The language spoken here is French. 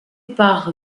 par